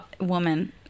woman